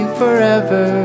forever